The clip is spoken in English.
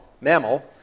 mammal